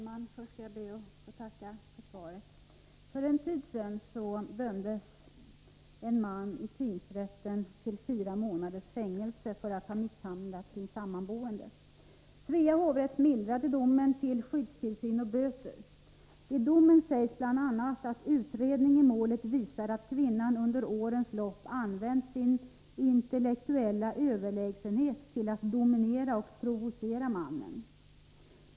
Herr talman! Först skall jag be att få tacka för svaret. För en tid sedan dömdes en man i tingsrätten till fyra månaders fängelse för att ha misshandlat sin sammanboende. Svea hovrätt mildrade domen till skyddstillsyn och böter. I domen sägs bl.a. att utredning i målet visar att kvinnan under årens lopp använt sin intellektuella överlägsenhet till att dominera och provocera mannen.